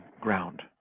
ground